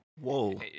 Whoa